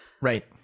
Right